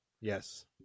Yes